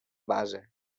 base